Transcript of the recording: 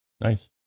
Nice